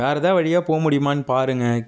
வேறே எதாவது வழியாக போக முடியுமானு பாருங்கள்